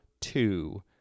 two